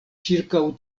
ĉirkaŭ